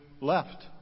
left